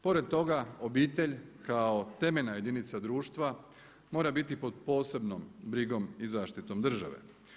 Pored toga obitelj kao temeljna jedinica društva mora biti pod posebnom brigom i zaštitom države.